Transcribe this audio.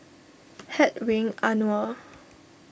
Hedwig Anuar